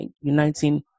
uniting